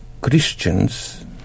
Christians